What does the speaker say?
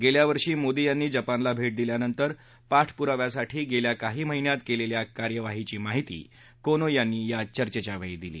गेल्या वर्षी मोदी यांनी जपानला भेट दिल्यानंतर पाठपुराव्यासाठी गेल्या काही महिन्यात केलेल्या कार्यवाहीची माहिती कोनो यांनी या चर्चेच्या वेळी दिली